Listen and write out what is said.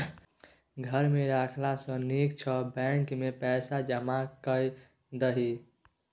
घर मे राखला सँ नीक छौ बैंकेमे पैसा जमा कए दही